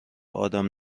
ادم